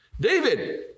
David